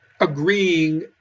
agreeing